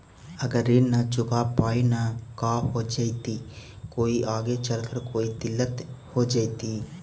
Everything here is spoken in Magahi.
अगर ऋण न चुका पाई न का हो जयती, कोई आगे चलकर कोई दिलत हो जयती?